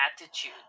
attitude